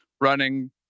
running